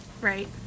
Right